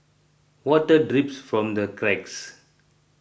water drips from the cracks